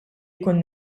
jkun